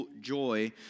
joy